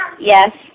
Yes